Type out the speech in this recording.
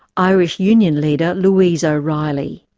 irish union leader, louise o'reilly.